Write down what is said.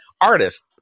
artist